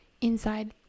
inside